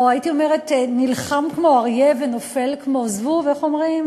או הייתי אומרת: נלחם כמו אריה ונופל כמו זבוב איך אומרים,